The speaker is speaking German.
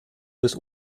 bis